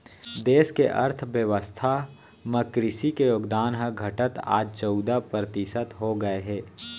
देस के अर्थ बेवस्था म कृसि के योगदान ह घटत आज चउदा परतिसत हो गए हे